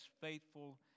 faithful